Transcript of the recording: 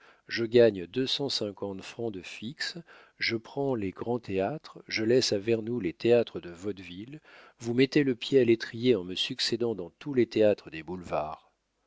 je gagne deux cent cinquante francs de fixe je prends les grands théâtres je laisse à vernou les théâtres de vaudeville vous mettez le pied à l'étrier en me succédant dans tous les théâtres des boulevards